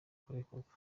kurekurwa